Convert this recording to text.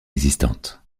existantes